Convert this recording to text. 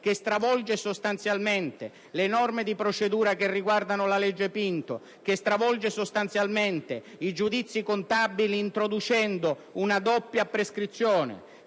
che stravolge sostanzialmente le norme di procedura che riguardano la cosiddetta legge Pinto; che stravolge sostanzialmente i giudizi contabili, introducendo una doppia prescrizione;